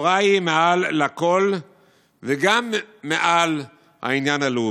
התורה היא מעל לכול וגם מעל העניין הלאומי.